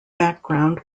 background